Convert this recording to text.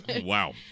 Wow